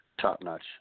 top-notch